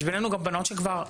יש בינינו גם בנות שכבר,